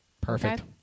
Perfect